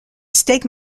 stake